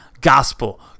Gospel